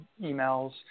emails